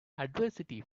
adversity